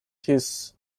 his